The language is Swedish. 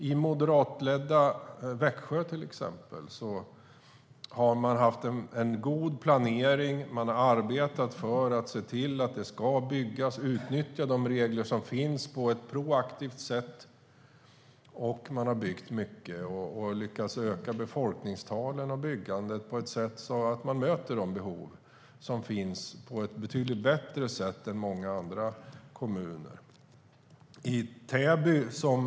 I moderatledda Växjö, till exempel, har man haft en god planering och arbetat för att se till att det ska byggas. Man har nyttjat de regler som finns på ett proaktivt sätt, och man har byggt mycket. Man har lyckats öka befolkningstalen och byggandet på ett sätt som gör att man, betydligt bättre än i många andra kommuner, möter de behov som finns.